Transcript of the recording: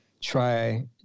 try